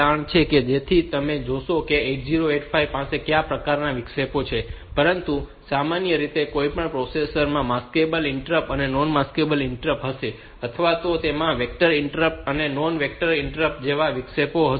તેથી તેઓ જોશે કે 8085 પાસે કયા પ્રકારનાં વિક્ષેપો છે પરંતુ સામાન્ય રીતે કોઈપણ પ્રોસેસર માં maskable interrupt non maskable interrupt હશે અથવા તેમાં આ vector interrupt non vector interrupt જેવા વિક્ષેપો હશે